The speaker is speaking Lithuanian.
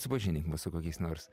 supažindink mus su kokiais nors